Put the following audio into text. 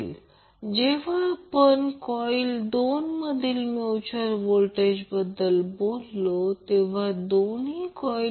तर हे समीकरण 2 आहे रेझोनन्स मिळवण्यासाठी ते बदलले जाऊ शकते